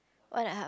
one and the half